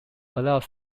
allows